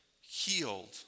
healed